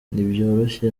ntibyoroshye